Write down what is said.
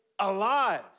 alive